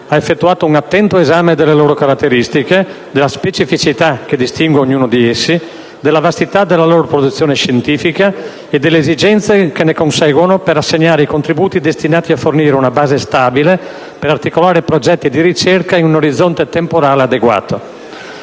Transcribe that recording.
ha effettuato un attento esame delle loro caratteristiche, della specificità che distingue ognuno di essi, della vastità della loro produzione scientifica e delle esigenze che ne conseguono per assegnare i contributi destinati a fornire una base stabile per articolare progetti di ricerca in un orizzonte temporale adeguato.